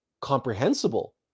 comprehensible